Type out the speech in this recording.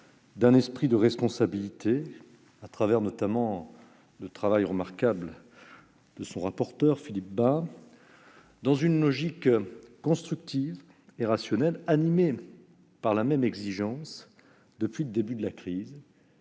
réel esprit de responsabilité, notamment au travers du travail remarquable de son rapporteur, Philippe Bas, dont la logique constructive et rationnelle a été animée par une même exigence depuis le début de la crise